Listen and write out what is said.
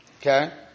okay